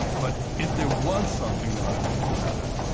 but if there was something that i liked about it,